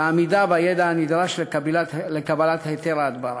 העמידה בידע הנדרש לקבלת היתר ההדברה.